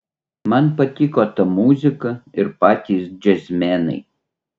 man patiko ta muzika ir patys džiazmenai